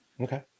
Okay